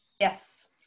yes